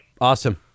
Awesome